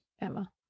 Emma